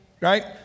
right